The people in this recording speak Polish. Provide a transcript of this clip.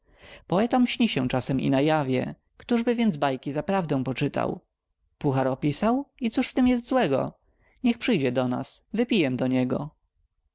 poetom śni się czasem i na jawie któżby więc bajki za prawdę poczytał puhar opisał i cóż w tem jest złego niech przyjdzie do nas wypijem do niego